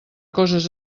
coses